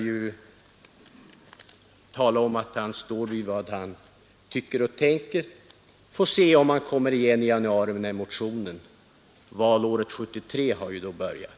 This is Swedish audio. Han brukar hävda att han vågar stå för sina uppfattningar. Vi får se om han kommer igen i januari med sin motion — valåret 1973 har ju då börjat.